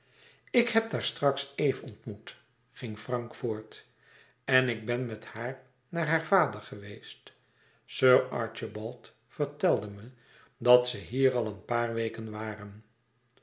ik heb daar straks eve ontmoet ging frank voort en ik ben met haar naar haar vader geweest sir archibald vertelde me dat ze hier al een paar weken waren